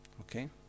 Okay